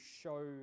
show